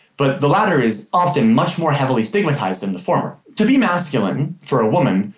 but the latter is often much more heavily stigmatized than the former. to be masculine, for a woman,